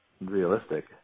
realistic